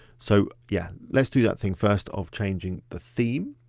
so yeah, let's do that thing first of changing the theme.